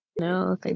No